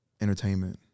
entertainment